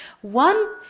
One